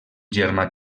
germà